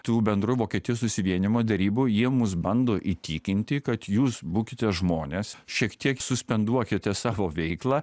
tų bendrų vokietijos susivienijimo derybų jie mus bando įtikinti kad jūs būkite žmonės šiek tiek suspenduokite savo veiklą